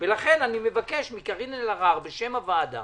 לכן אני מבקש מקארין אלהרר בשם הוועדה